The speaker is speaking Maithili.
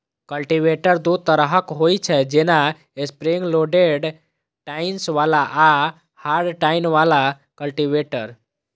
कल्टीवेटर दू तरहक होइ छै, जेना स्प्रिंग लोडेड टाइन्स बला आ हार्ड टाइन बला कल्टीवेटर